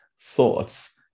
thoughts